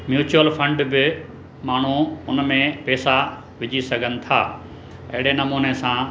mutual fund बि माण्हू उनमें पैसा विझी सघनि था अहिड़े नमूने सां